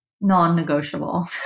non-negotiable